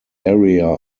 area